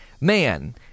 man